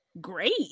great